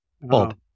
Bob